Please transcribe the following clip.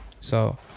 So-